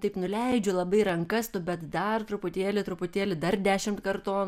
taip nuleidžiu labai rankas nu bet dar truputėlį truputėlį dar dešimt kartonų